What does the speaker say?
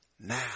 now